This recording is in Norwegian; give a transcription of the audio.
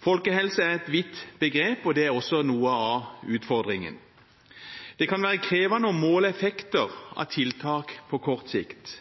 Folkehelse er et vidt begrep. Det er også noe av utfordringen. Det kan være krevende å måle effekter av tiltak på kort sikt.